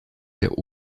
der